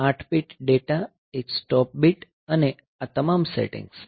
8 bit data 1 stop bit અને આ તમામ સેટિંગ્સ